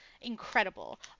incredible